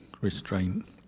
restraint